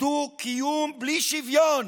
דו-קיום בלי שוויון,